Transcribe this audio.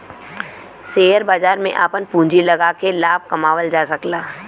share बाजार में आपन पूँजी लगाके लाभ कमावल जा सकला